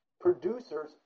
producers